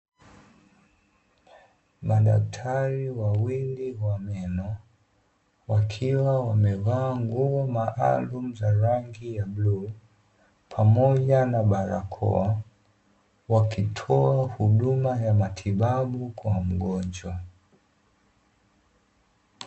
Madaktari wawili wa meno, wakiwa wamevaa nguo maalumu za rangi ya bluu pamoja na barakoa, wakitoa huduma ya matibabu kwa mgonjwa.